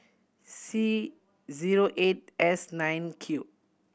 C zero eight S nine Q